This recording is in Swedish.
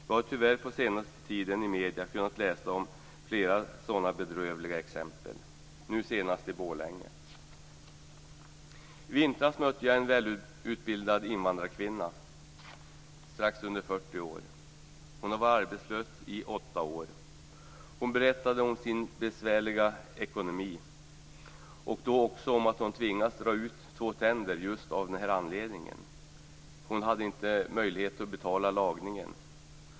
Vi har tyvärr under den senaste tiden i medierna kunnat läsa om flera sådana bedrövliga exempel, nu senast i Borlänge. I vintras mötte jag en välutbildad invandrarkvinna, strax under 40 år. Hon hade varit arbetslös i åtta år. Hon berättade om sin besvärliga ekonomi och om att hon hade tvingats att dra ut två tänder just av den anledningen. Hon hade inte möjlighet att betala lagningen.